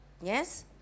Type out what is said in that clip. Yes